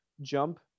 jump